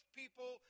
people